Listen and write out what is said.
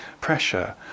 pressure